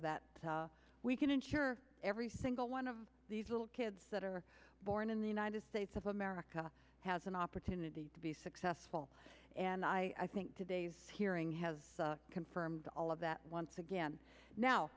that we can ensure every single one of these little kids that are born in the united states of america has an opportunity to be successful and i think today's hearing has confirmed all of that once again now